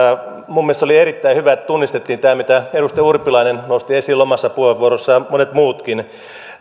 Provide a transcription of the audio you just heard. se oli erittäin hyvä että tunnistettiin tämä mitä edustaja urpilainen nosti esiin omassa puheenvuorossaan ja monet muutkin